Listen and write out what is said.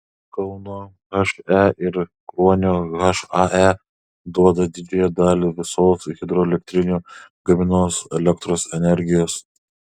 kauno he ir kruonio hae duoda didžiąją dalį visos hidroelektrinių gaminamos elektros energijos